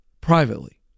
privately